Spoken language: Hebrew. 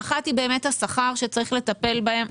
האחת היא באמת השכר שצריך לטפל בו.